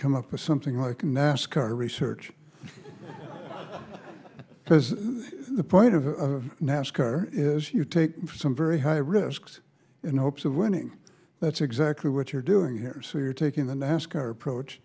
come up with something like a nascar research says the point of a nascar is you take some very high risks in the hopes of winning that's exactly what you're doing here so you're taking the nascar approach